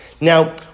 Now